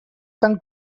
tant